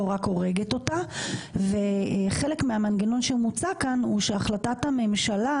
רק הורגת אותה וחלק מהמנגנון שמוצע כאן הוא שהחלטת הממשלה,